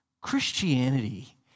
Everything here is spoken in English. Christianity